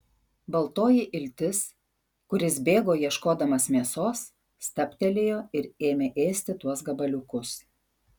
baltoji iltis kuris bėgo ieškodamas mėsos stabtelėjo ir ėmė ėsti tuos gabaliukus